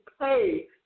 pay